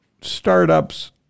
startups